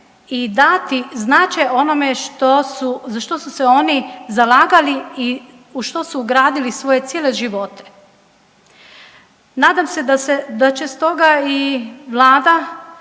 i dati značaj onome za što su se oni zalagali i u što su ugradili cijele svoje živote. Nadam se da će stoga i Vlada